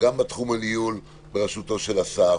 גם בתחום הניהול, בראשותו של אסף,